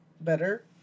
better